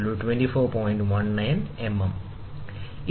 19 mm formula എന്താണ് sin θ hL